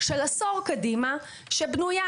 של עשור קדימה שבנויה